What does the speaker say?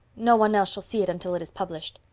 no one else shall see it until it is published.